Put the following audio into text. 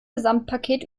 gesamtpaket